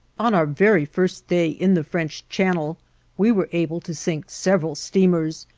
on our very first day in the french channel we were able to sink several steamers,